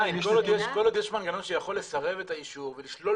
כל עוד יש מנגנון שיכול לסרב את האישור ולשלול